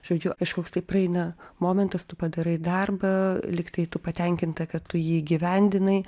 žodžiu kažkoks tai praeina momentas tu padarai darbą lyg tai tu patenkinta kad tu jį įgyvendinai